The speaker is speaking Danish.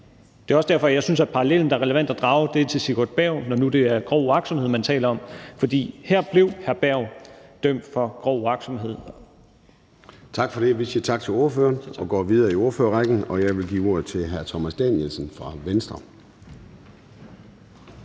Det er også derfor, at jeg synes, at parallellen, der er relevant at drage, er til hr. Sigurd Berg, når nu det er grov uagtsomhed, man taler om, for her blev hr. Sigurd Berg dømt for grov uagtsomhed. Kl. 13:51 Formanden (Søren Gade): Tak for det. Vi siger tak til ordføreren og går videre i ordførerrækken. Jeg vil give ordet til hr. Thomas Danielsen fra Venstre.